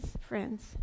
friends